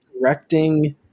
directing